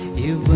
you.